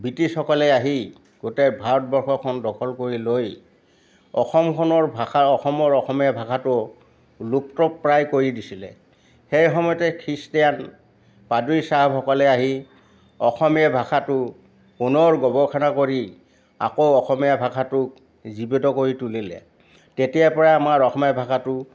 বৃটিছসকলে আহি গোটেই ভাৰতবৰ্ষখন দখল কৰি লৈ অসমখনৰ ভাষা অসমখনৰ অসমীয়া ভাষাটো লুপ্তপ্ৰায় কৰি দিছিলে সেই সময়তে খীষ্টান পাদুৰী চাহাবসকলে আহি অসমীয়া ভাষাটো পুনৰ গৱেষণা কৰি আকৌ অসমীয়া ভাষাটোক জীৱিত কৰি তুলিলে তেতিয়াৰ পৰাই আমাৰ অসমীয়া ভাষাটো